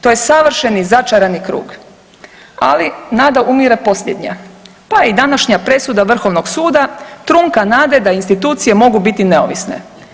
To je savršen i začarani krug, ali nada umire posljednja, pa i današnja presuda vrhovnog suda trunka nade da institucije mogu biti neovisne.